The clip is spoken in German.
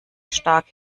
stark